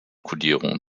kodierung